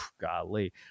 golly